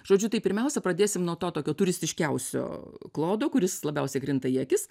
žodžiu tai pirmiausia pradėsim nuo to tokio turistiškiausio klodo kuris labiausiai krinta į akis